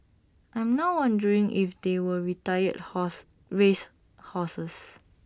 I'm now wondering if they were retired horse race horses